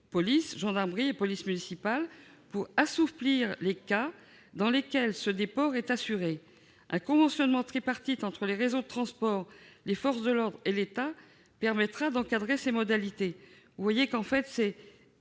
police, gendarmerie et police municipale -pour assouplir les cas dans lesquels ce déport est assuré. Un conventionnement tripartite entre les réseaux de transport, les forces de l'ordre et l'État permettra d'encadrer ces modalités. Compte tenu du risque